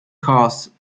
cause